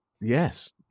yes